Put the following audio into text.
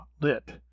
lit